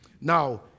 Now